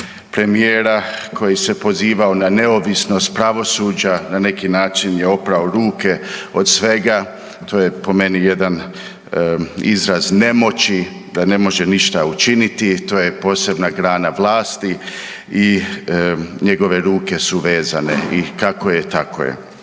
premijera koji se pozivao na neovisnost pravosuđa, na neki način je oprao ruke od svega. To je po meni jedan izraz nemoći, da ne može ništa učiniti, to je posebna grana vlasti i njegove ruke su vezane i kako je, tako je.